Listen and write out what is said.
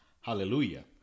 Hallelujah